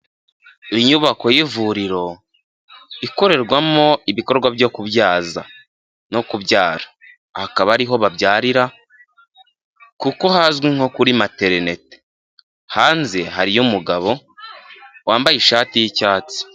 Inyubako y'ivuriro ikorerwamo ibikorwa byo kubyaza no kubyara, aha akaba ariho babyarira kuko hazwi nko kuri materineti, hanze hariyo umugabo wambaye ishati y'icyatsi.